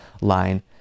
line